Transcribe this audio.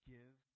Give